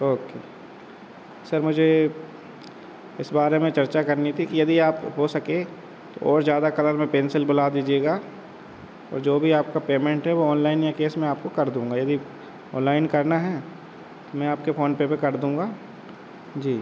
okay sir मुझे इस बारे में चर्चा करनी थी कि यदि आप हो सके तो और ज़्यादा कलर में पेंसिल बुला दीजिएगा और जो भी आपका पेमेंट है वो ऑनलाइन या केस मैं आपको कर दूँगा यदि ऑनलाइन करना है तो मैं आपके फ़ोनपे पे कर दूँगा जी